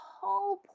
whole